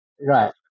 right